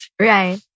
Right